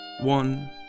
One